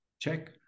Check